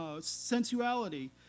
sensuality